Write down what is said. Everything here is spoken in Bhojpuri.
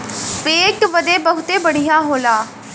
पेट बदे बहुते बढ़िया होला